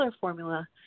formula